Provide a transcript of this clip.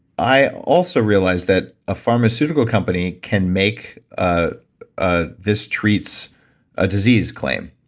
i also realized that a pharmaceutical company can make ah ah this treats a disease claim.